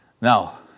Now